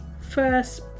first